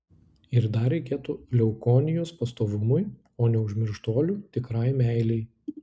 ir dar reikėtų leukonijos pastovumui o neužmirštuolių tikrai meilei